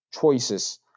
choices